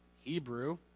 Hebrew